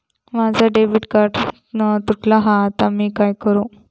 माझा debit card तुटला हा आता मी काय करू?